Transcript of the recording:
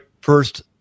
first